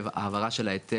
מה יעשו איתן?